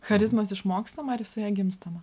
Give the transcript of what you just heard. charizmos išmokstama ar su ja gimstama